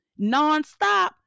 nonstop